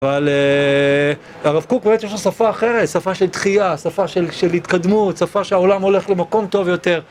אבל הרב קוק באמת יש לו שפה אחרת, שפה של תחיה, שפה של התקדמות, שפה שהעולם הולך למקום טוב יותר.